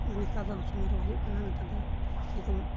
ᱟᱨ ᱱᱮᱛᱟᱨ ᱫᱚ ᱥᱚᱢᱚᱭ ᱨᱮ ᱵᱟᱝ ᱦᱩᱭᱩᱜ ᱠᱟᱱᱟ ᱱᱮᱛᱟᱨ ᱫᱚ ᱧᱩᱛᱩᱢ